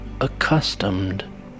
accustomed